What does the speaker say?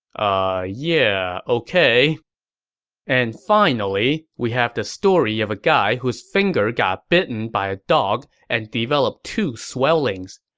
ah yeah, ok and finally, we have the story of a guy whose finger got bitten by a dog and developed two swellings.